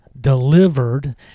delivered